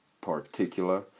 particular